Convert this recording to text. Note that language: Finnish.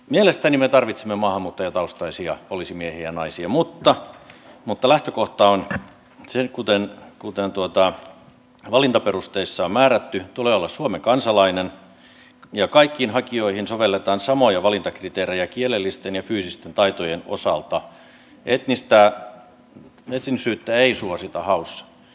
mielestäni me tarvitsemme maahanmuuttajataustaisia poliisimiehiä ja naisia mutta lähtökohta on se kuten valintaperusteissa on määrätty että tulee olla suomen kansalainen ja kaikkiin hakijoihin sovelletaan samoja valintakriteerejä kielellisten ja fyysisten taitojen osalta etnisyyttä ei suosita haussa